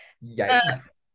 Yes